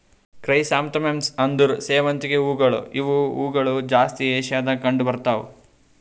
chrysanthemums ಅಂದುರ್ ಸೇವಂತಿಗೆ ಹೂವುಗೊಳ್ ಇವು ಹೂಗೊಳ್ ಜಾಸ್ತಿ ಏಷ್ಯಾದಾಗ್ ಕಂಡ್ ಬರ್ತಾವ್